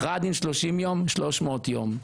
הכרעת דין 30 יום 300 יום.